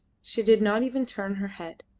she did not even turn her head,